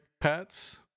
pets